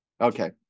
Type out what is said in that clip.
Okay